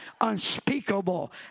unspeakable